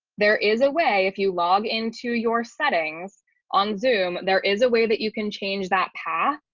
there is a way, if you log into your settings on zoom, there is a way that you can change that path.